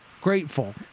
grateful